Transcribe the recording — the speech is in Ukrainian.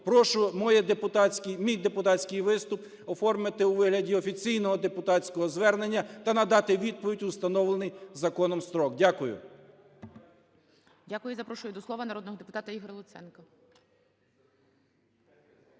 Прошу мій депутатський виступ оформити у вигляді офіційного депутатського звернення та надати відповідь у встановлений законом строк. Дякую. ГОЛОВУЮЧИЙ. Дякую. Запрошую до слова народного депутата Ігоря Луценка.